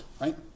Right